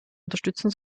unterstützen